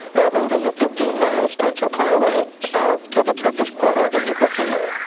they're holding a fifteen mile stretch of highway south to the turkish quarter in nicosia.